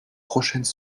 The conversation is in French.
prochaines